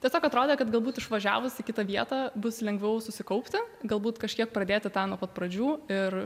tiesiog atrodė kad galbūt išvažiavus į kitą vietą bus lengviau susikaupti galbūt kažkiek pradėti tą nuo pat pradžių ir